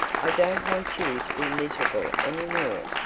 i don't want you to be miserable any more,